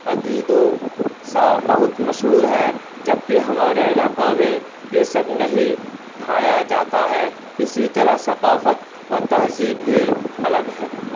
اڈلی دوسا بہت مشہور ہے جبکہ ہمارے علاقہ میں یہ سب نہیں کھایا جاتا ہے اسی طرح ثقافت اور تہذیب بھی الگ ہے